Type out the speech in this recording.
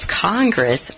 Congress